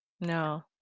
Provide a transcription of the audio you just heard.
No